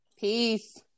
Peace